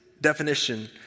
definition